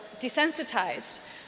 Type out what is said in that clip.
desensitized